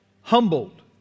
humbled